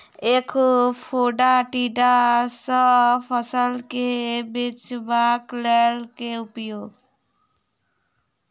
ऐंख फोड़ा टिड्डा सँ फसल केँ बचेबाक लेल केँ उपाय?